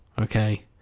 Okay